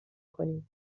کنیم